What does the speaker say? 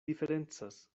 diferencas